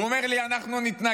הוא אמר לי: אנחנו נתנגד.